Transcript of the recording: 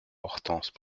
hortense